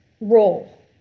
Role